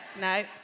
No